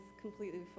completely